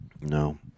No